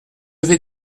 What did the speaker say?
vais